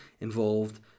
involved